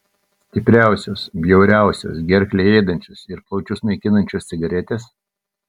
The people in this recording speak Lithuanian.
stipriausios bjauriausios gerklę ėdančios ir plaučius naikinančios cigaretės